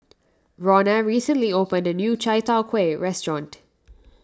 Ronna recently opened a new Chai Tow Kuay restaurant